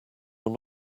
will